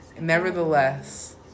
nevertheless